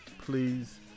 Please